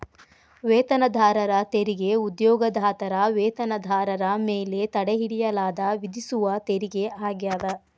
ವೇತನದಾರರ ತೆರಿಗೆ ಉದ್ಯೋಗದಾತರ ವೇತನದಾರರ ಮೇಲೆ ತಡೆಹಿಡಿಯಲಾದ ವಿಧಿಸುವ ತೆರಿಗೆ ಆಗ್ಯಾದ